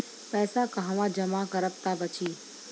पैसा कहवा जमा करब त बची?